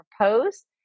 proposed